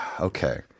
Okay